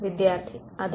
വിദ്യാർത്ഥി അതെ